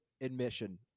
admission